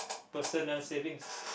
personal savings